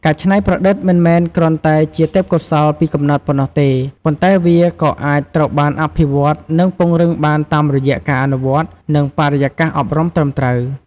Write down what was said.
ការច្នៃប្រឌិតមិនមែនគ្រាន់តែជាទេពកោសល្យពីកំណើតប៉ុណ្ណោះទេ ប៉ុន្តែវាក៏អាចត្រូវបានអភិវឌ្ឍន៍ និងពង្រឹងបានតាមរយៈការអនុវត្ត និងបរិយាកាសអប់រំត្រឹមត្រូវ។